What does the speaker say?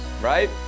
right